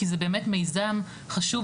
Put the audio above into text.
כי זה באמת מיזם חשוב,